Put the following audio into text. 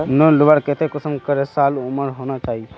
Loan लुबार केते कुंसम करे साल उमर होना चही?